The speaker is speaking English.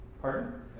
Pardon